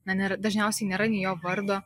bene dažniausiai nėra nei jo vardo